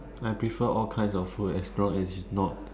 I prefer all kinds of food as long as it's not